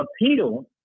appeal